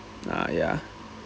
ah ya